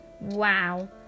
Wow